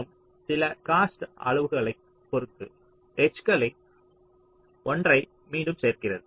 மற்றும் சில காஸ்ட் அளவுகோல்களைப் பொறுத்து எட்ஜ்களில் ஒன்றை மீண்டும் சேர்க்கிறது